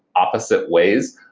opposite ways.